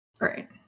Right